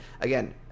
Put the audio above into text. again